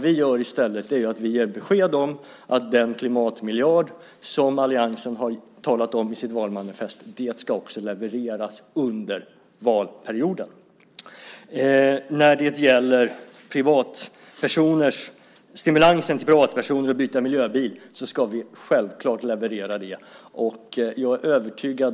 Vi ger i stället besked om att den klimatmiljard som alliansen har talat om i sitt valmanifest också ska levereras under valperioden. När det gäller stimulansen till privatpersoner att byta till miljöbil ska vi självklart leverera det.